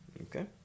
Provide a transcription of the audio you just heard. Okay